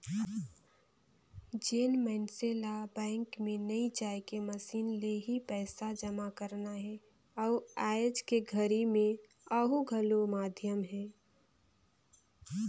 जेन मइनसे ल बैंक मे नइ जायके मसीन ले ही पइसा जमा करना हे अउ आयज के घरी मे ओहू घलो माधियम हे